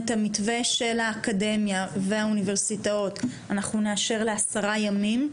את המתווה של האקדמיה והאוניברסיטאות אנחנו נאשר לעשרה ימים,